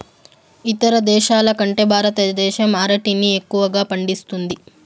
ఇతర దేశాల కంటే భారతదేశం అరటిని ఎక్కువగా పండిస్తుంది